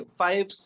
five